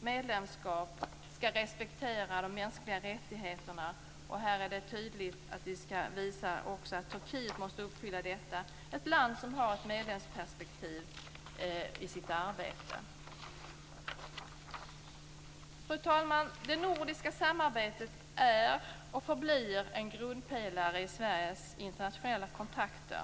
medlemskap skall respektera de mänskliga rättigheterna. Här är det tydligt att vi skall visa att också Turkiet skall uppfylla detta krav, ett land som har ett medlemsperspektiv i sitt arbete. Fru talman! Det nordiska samarbetet är och förblir en grundpelare i Sveriges internationella kontakter.